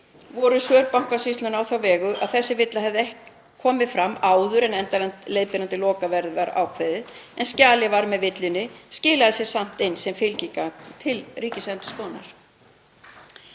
voru svör Bankasýslunnar á þann veg að þessi villa hefði ekki komið fram áður en endanlegt leiðbeinandi lokaverð var ákveðið en skjalið með villunni skilaði sér samt inn sem fylgigagn til Ríkisendurskoðunar.